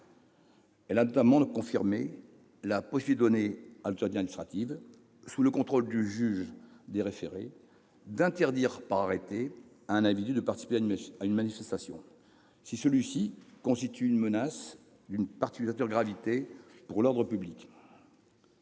Elle a notamment confirmé la possibilité donnée à l'autorité administrative, sous le contrôle du juge des référés, d'interdire, par arrêté, à un individu de participer à une manifestation, si celui-ci constitue une menace d'une particulière gravité pour l'ordre public.